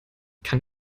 kann